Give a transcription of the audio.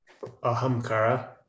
Ahamkara